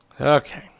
Okay